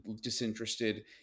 disinterested